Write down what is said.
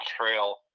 trail